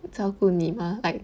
照顾你嘛 like